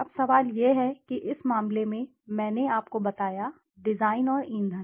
अब सवाल यह है कि इस मामले में मैंने आपको बताया डिजाइन और ईंधन